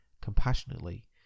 compassionately